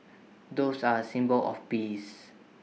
doves are A symbol of peace